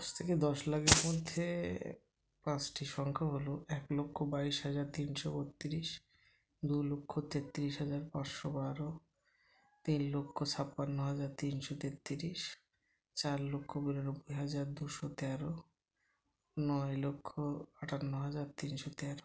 দশ থেকে দশ লাখের মধ্যে পাঁচটি সংখ্যা হলো এক লক্ষ বাইশ হাজার তিনশো বত্রিশ দু লক্ষ তেত্রিশ হাজার পাঁচশো বারো তিন লক্ষ ছাপ্পান্ন হাজার তিনশো তেত্রিশ চার লক্ষ বিরানব্বই হাজার দুশো তেরো নয় লক্ষ আটান্ন হাজার তিনশো তেরো